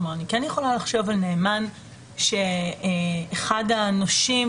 אני כן יכול לחשוב על נאמן שאחד הנושים